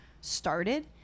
started